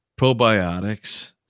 probiotics